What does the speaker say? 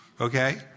okay